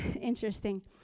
interesting